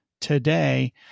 today